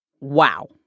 Wow